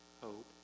hope